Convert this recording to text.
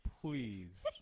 please